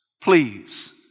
please